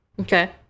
Okay